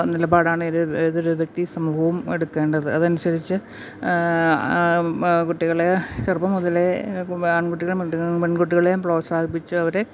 നിലപാടാണ് ഏതൊരു വ്യക്തിയും സമൂഹവും എടുക്കേണ്ടത് അതനുസരിച്ച് കുട്ടികളെ ചെറുപ്പം മുതലേ ആൺകുട്ടികളെയും പെൺകുട്ടിക പെൺകുട്ടികളെയും പ്രോത്സാഹിപ്പിച്ച് അവരെ